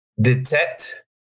detect